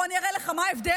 בוא אני אראה לך מה ההבדל,